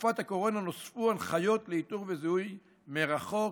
בתקופת הקורונה נוספו הנחיות לאיתור וזיהוי מרחוק.